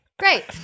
Great